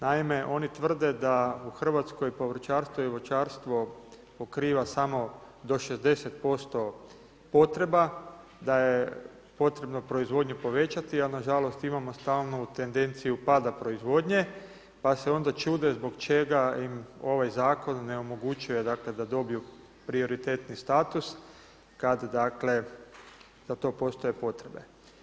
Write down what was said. Naime, oni tvrde, da u Hrvatskoj, povrćarstvo i voćarstvo, pokriva samo do 60% potreba, da je potrebno proizvodnju povećati, ali nažalost, imamo stalnu tendenciju pada proizvodnje, pa se onda čude zbog čega im ovaj zakon ne omogućuje, dakle, da dobiju prioritetni status, kad za to postoje potrebe.